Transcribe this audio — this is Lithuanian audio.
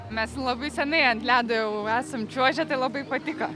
mes labai senai ant ledo jau esam čiuožę tai labai patiko